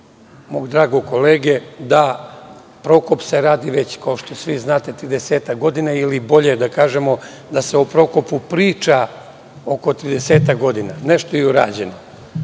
mog dragog kolege, da „Prokop“ se radi već, kao što svi znate, 30-ak godina, ili bolje da kažemo da se o „Prokopu“ priča oko 30-ak godina. Nešto je i urađeno. Ja